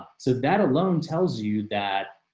so that alone tells you that,